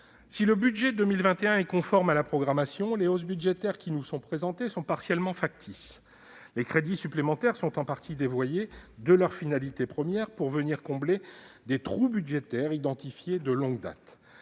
Si le budget 2021 est conforme à la programmation, les hausses budgétaires qui nous sont présentées sont partiellement factices. Les crédits supplémentaires sont en partie dévoyés de leur finalité première, pour venir combler des « trous budgétaires » identifiés de longue date.